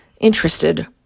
interested